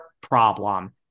problem